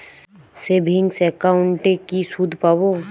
Savings একাউন্টে কি সুদ পাব?